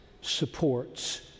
supports